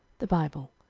the bible,